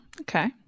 okay